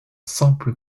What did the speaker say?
simple